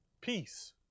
Peace